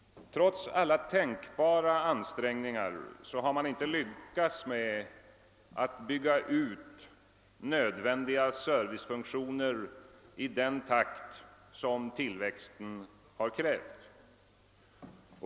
Trots alla tänkbara ansträngningar har man inte lyckats bygga ut nödvändiga servicefunktioner i den takt som tillväxten krävt.